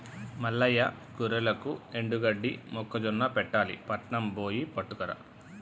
మల్లయ్య గొర్రెలకు ఎండుగడ్డి మొక్కజొన్న పెట్టాలి పట్నం బొయ్యి పట్టుకురా